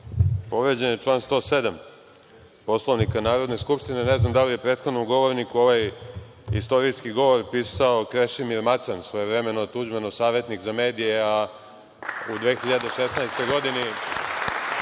Povređen je član 107. Poslovnika Narodne skupštine. Ne znam da li je prethodnom govorniku ovaj istorijski govor pisao Krešimir Macan svojevremeno Tuđmanov savetnik za medije, a u 2016. godini